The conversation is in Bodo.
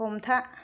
हमथा